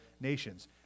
nations